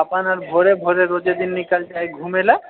अपन आर भोरे भोरे रोजे दिन निकल जाइ घुमै लऽ